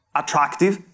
attractive